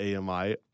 ami